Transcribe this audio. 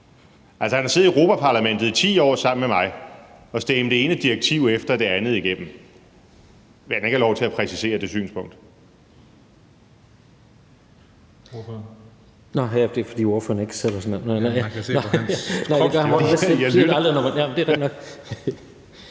han har siddet i Europa-Parlamentet i 10 år sammen med mig og stemt det ene direktiv efter det andet igennem. Vil han ikke godt præcisere det synspunkt?